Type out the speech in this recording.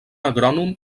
agrònom